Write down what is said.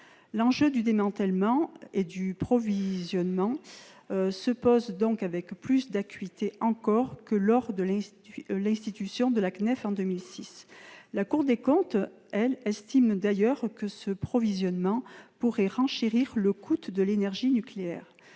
et du provisionnement des charges afférentes se pose donc avec plus d'acuité encore que lors de l'institution de la CNEF, en 2006. La Cour des comptes estime d'ailleurs que ce provisionnement pourrait renchérir le coût de l'énergie nucléaire.